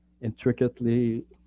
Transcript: intricately